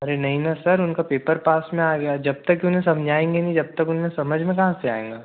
अरे नहीं ना सर उनका पेपर पास में आ गया जब तक की उन्हें समझाएंगे नहीं जब तक उन्हें समझ में कहाँ से आएगा